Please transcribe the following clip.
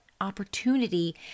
opportunity